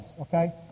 okay